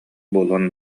буолуон